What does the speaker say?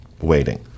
waiting